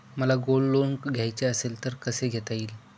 मला gold loan घ्यायचे असेल तर कसे घेता येईल?